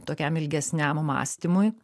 tokiam ilgesniam mąstymui